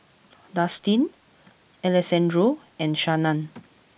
Destin Alessandro and Shannan